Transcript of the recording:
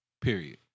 Period